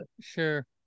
Sure